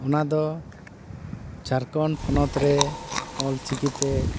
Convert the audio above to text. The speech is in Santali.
ᱚᱱᱟᱫᱚ ᱡᱷᱟᱲᱠᱷᱚᱸᱰ ᱯᱚᱱᱚᱛᱨᱮ ᱚᱞᱪᱤᱠᱤᱛᱮ